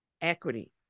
equity